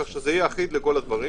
כך שזה אחיד לכל הדברים.